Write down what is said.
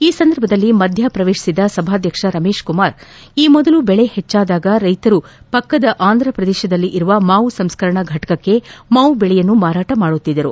ಈ ಸಂದರ್ಭದಲ್ಲಿ ಮಧ್ಯೆ ಪ್ರವೇತಿಸಿದ ಸಭಾಧ್ಯಕ್ಷ ರಮೇಶ್ ಕುಮಾರ್ಈ ಮೊದಲು ಬೆಳೆ ಹೆಚ್ಚಾದಾಗ ರೈತರು ಪಕ್ಕದ ಆಂಧ್ಯಪ್ರದೇಶದಲ್ಲಿರುವ ಮಾವು ಸಂಸ್ಕರಣಾ ಘಟಕಕ್ಕೆ ಮಾವು ಬೆಳೆಯನ್ನು ಮಾರಾಟ ಮಾಡುತ್ತಿದ್ದರು